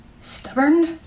stubborn